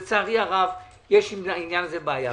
לצערי הרב, יש בעניין הזה בעיה.